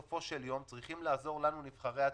אתה דיברת על נהלים שהשתנו.